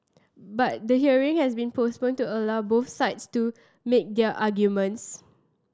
but the hearing has been postponed to allow both sides to make their arguments